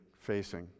facing